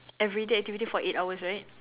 everyday activity for eight hours right